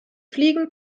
fliegen